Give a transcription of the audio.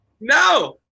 No